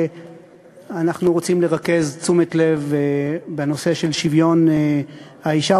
אנחנו רוצים לרכז תשומת לב בנושא של שוויון האישה,